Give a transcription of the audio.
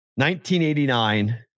1989